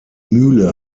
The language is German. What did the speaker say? mühle